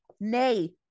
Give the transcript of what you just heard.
nay